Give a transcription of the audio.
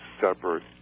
separate